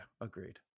agreed